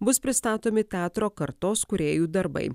bus pristatomi teatro kartos kūrėjų darbai